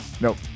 Nope